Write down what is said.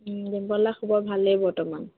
খবৰ ভালেই বৰ্তমান